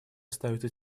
остаются